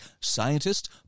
scientists